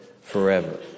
forever